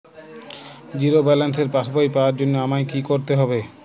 Zero ব্যালেন্সের পাসবই পাওয়ার জন্য আমায় কী করতে হবে?